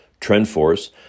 Trendforce